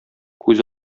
күз